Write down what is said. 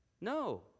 No